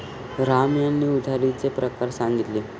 राम यांनी उधारीचे प्रकार सांगितले